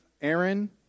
Aaron